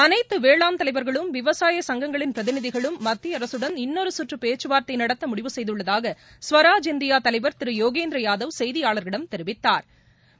அனைத்து வேளாண் தலைவா்களும் விவசாய சங்கங்களின் பிரதிநிதிகளும் மத்திய அரசுடன் இன்னொரு கற்று பேச்சுவார்த்தை நடத்த முடிவு செய்துள்ளதாக ஸ்வராஜ் இந்தியா தலைவர் திரு யோகேந்திர யாதவ் செய்தியாளா்களிடம் தெரிவித்தாா்